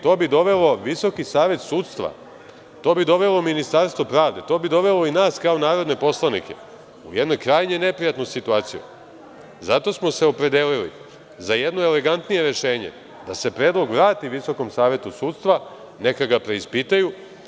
To bi dovelo VSS, to bi dovelo Ministarstvo pravde, to bi dovelo i nas kao narodne poslanike u jednu krajnje neprijatnu situaciju i zato smo se opredelili za jedno elegantnije rešenje, da se predlog vrati VSS, neka ga preispitaju.